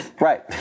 Right